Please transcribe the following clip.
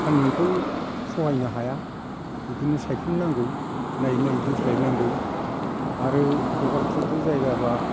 सानदुंखौ सहायनो हाया बिदिनो सायख्लुम नांगौ नायै नायै दोस्लाय नांगौ आरो हगारथावथाव जायगाबा